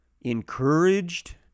encouraged